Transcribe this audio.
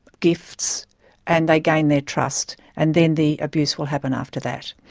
gifts and they gain their trust. and then the abuse will happen after that.